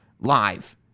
Live